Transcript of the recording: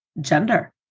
gender